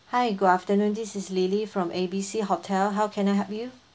hi good afternoon this is lily from A B C hotel how can I help you